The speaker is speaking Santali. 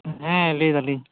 ᱦᱮᱸ ᱞᱟᱹᱭᱮᱫᱟ ᱞᱤᱧ